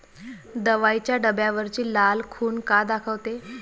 दवाईच्या डब्यावरची लाल खून का दाखवते?